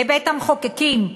לבית-המחוקקים,